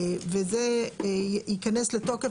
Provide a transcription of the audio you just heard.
זה ייכנס לתוקף,